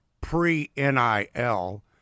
pre-NIL